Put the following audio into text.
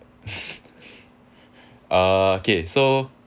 uh okay so